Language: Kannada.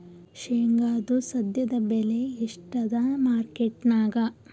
ಶೇಂಗಾದು ಸದ್ಯದಬೆಲೆ ಎಷ್ಟಾದಾ ಮಾರಕೆಟನ್ಯಾಗ?